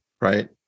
right